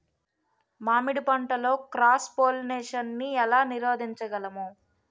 మామిడి పంటలో cross pollination నీ ఏల నీరోధించగలము?